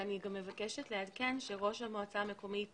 אני גם מבקשת לעדכן שראש המועצה המקומית